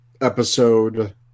episode